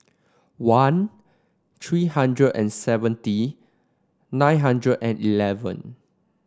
one three hundred and seventy nine hundred and eleven